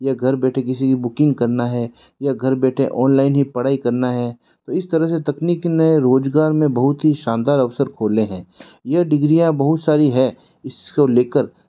यह घर बैठे किसी की बुकिंग करना है या घर बैठे ऑनलाइन ही पढ़ाई करना है तो इस तरह से तकनीक ने रोज़गार में बहुत ही शानदार अवसर खोले हैं यह डिग्रियाँ बहुत सारी है इसको ले कर